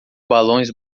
balões